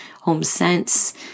HomeSense